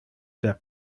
per